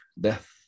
death